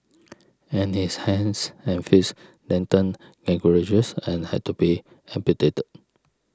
but his hands and fits then turned gangrenous and had to be amputated